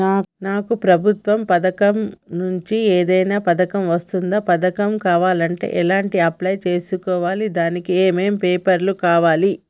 నాకు ప్రభుత్వం నుంచి ఏదైనా పథకం వర్తిస్తుందా? పథకం కావాలంటే ఎలా అప్లై చేసుకోవాలి? దానికి ఏమేం పేపర్లు కావాలి?